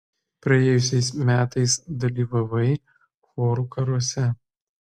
praėjusiais metais dalyvavai chorų karuose